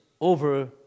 over